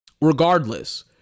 Regardless